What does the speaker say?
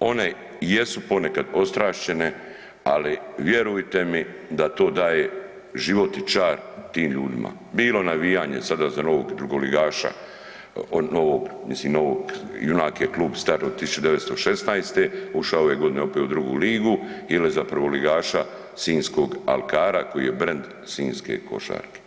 one jesu ponekad odstrašćene ali vjerujte mi da to daje život i čar tim ljudima, bilo navijanje sada za novog drugoligaša, novog, mislim novog, Junak je klub star od 1916., ušao je ove godine opet u drugu ligu ili za prvoligaša sinjskog Alkara koji je brand sinjske košarke.